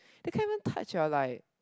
they can even touch ya like